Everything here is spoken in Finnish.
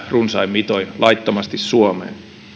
runsain mitoin laittomasti suomeen